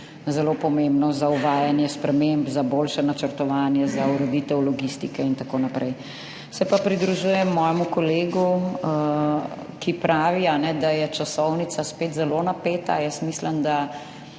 zelo pomembno za uvajanje sprememb, za boljše načrtovanje, za ureditev logistike in tako naprej. Se pa pridružujem mojemu kolegu, ki pravi, da je časovnica spet zelo napeta. Jaz mislim, da